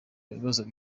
bibazo